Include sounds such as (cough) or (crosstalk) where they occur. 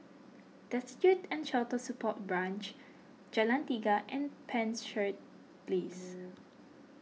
Destitute and Shelter Support Branch Jalan Tiga and Penshurst Place (noise)